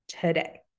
today